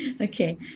Okay